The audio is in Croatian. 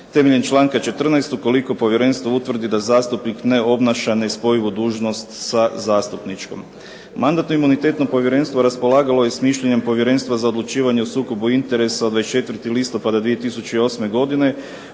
temeljem članka 14. ukoliko povjerenstvo utvrdi da zastupnik ne obnaša nespojivu dužnost sa zastupničkom. Mandatno-imunitetno povjerenstvo raspolagalo je s mišljenjem Povjerenstva za odlučivanje o sukobu interesa od 24. listopada 2008. godine